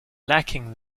lacking